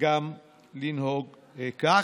גם לנהוג כך.